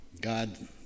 God